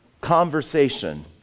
conversation